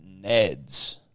Neds